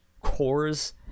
cores